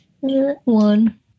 One